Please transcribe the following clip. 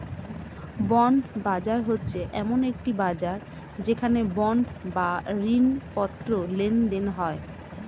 bond বাজার হচ্ছে এমন একটি বাজার যেখানে বন্ড বা ঋণপত্র লেনদেন হয়